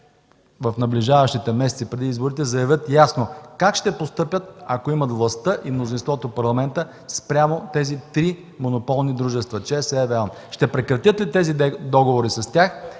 в наближаващите месеци преди изборите заявят ясно как ще постъпят, ако имат властта и мнозинството в Парламента, спрямо тези три монополни дружества – ЧЕЗ, EVN и Е.ОН. Ще прекратят ли договорите с тях